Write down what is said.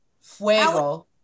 fuego